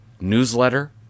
newsletter